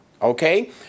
okay